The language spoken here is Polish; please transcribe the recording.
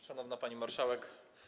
Szanowna Pani Marszałek!